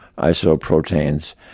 isoproteins